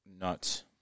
Nuts